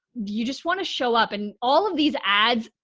you just want to show up in all of these ads,